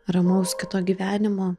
ramaus kito gyvenimo